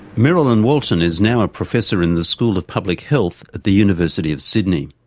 merrilyn walton is now a professor in the school of public health at the university of sydney.